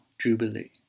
jubilee